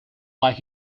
like